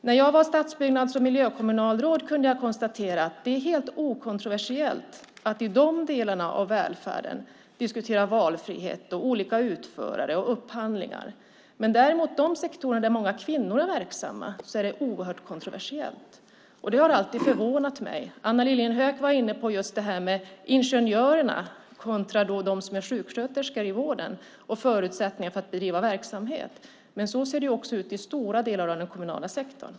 När jag var stadsbyggnads och miljökommunalråd kunde jag konstatera att det är helt okontroversiellt att i de delarna av välfärden diskutera valfrihet, olika utförare och upphandlingar. Däremot är det inom de sektorer där kvinnor är verksamma oerhört kontroversiellt. Det har alltid förvånat mig. Anna Lilliehöök var inne på ingenjörerna kontra sjuksköterskorna i vården och deras olika förutsättningar att bedriva verksamhet. Så ser det ut i stora delar av den kommunala sektorn.